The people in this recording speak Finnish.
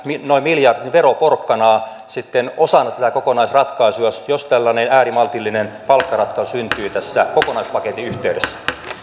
noin miljardin veroporkkanaa sitten osana tätä kokonaisratkaisua jos jos tällainen äärimaltillinen palkkaratkaisu syntyy tässä kokonaispaketin yhteydessä